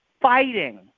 fighting